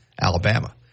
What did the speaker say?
Alabama